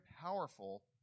powerful